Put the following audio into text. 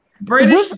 british